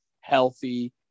healthy